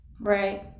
Right